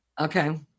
okay